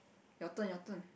your turn your turn